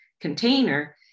container